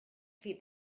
feed